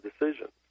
decisions